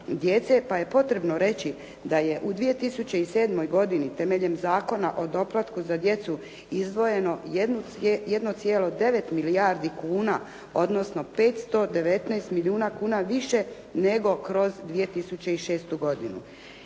pa je potrebno reći da je u 2007. godini temeljem Zakona o doplatku za djecu izdvojeno 1,9 milijardi kuna odnosno 519 milijuna kuna više nego kroz 2006. godinu.